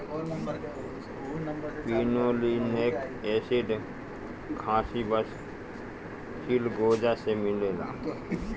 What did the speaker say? pinolenic acid खासी बस चिलगोजा से मिलेला